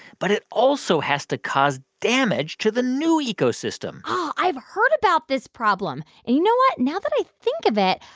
but it also has to cause damage to the new ecosystem i've heard about this problem. and you know what? now that i think of it,